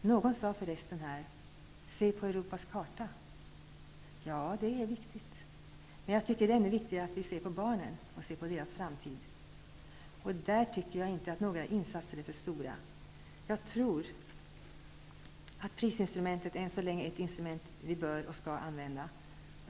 Någon sade att vi skulle se på Europas karta. Ja, det är viktigt. Men jag tycker att det är ännu viktigare att vi ser på barnen och deras framtid. Där tycker jag inte att några insatser är för stora. Jag tror att prisinstrumentet än så länge är något vi bör och skall använda.